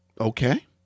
Okay